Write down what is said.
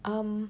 um